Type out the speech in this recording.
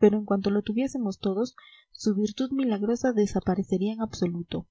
pero en cuanto lo tuviésemos todos su virtud milagrosa desaparecería en absoluto